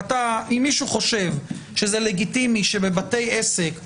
אם מישהו חושב שלגיטימי שבבתי עסק אנשים: